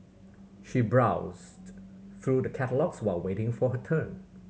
she browsed through the catalogues while waiting for her turn